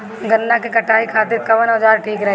गन्ना के कटाई खातिर कवन औजार ठीक रही?